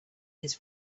his